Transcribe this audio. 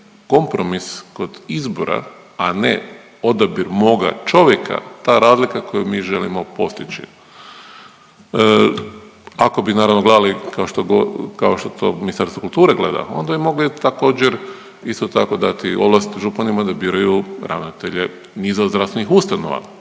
kompromis kod izbora, a ne odabir moga čovjeka ta razlika koju mi želimo postići. Ako bi naravno gledali kao što to Ministarstvo kulture gleda, onda bi mogli također isto tako dati ovlast županima da biraju ravnatelje niza zdravstvenih ustanova,